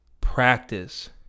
practice